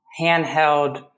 handheld